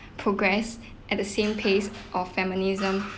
progress at the same pace of feminism